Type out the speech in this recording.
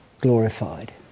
glorified